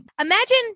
Imagine